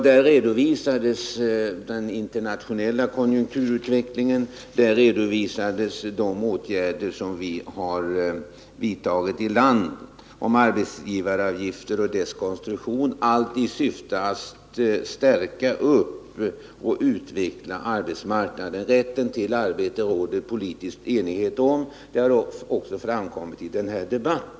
Där redovisades den internationella konjunkturutvecklingen, där redovisades de åtgärder som har vidtagits i fråga om arbetsgivaravgifter och deras konstruktion — allt i syfte att förstärka och utveckla arbetsmarknaden. Rätten till arbete råder det politisk enighet om. Det har också framkommit i denna debatt.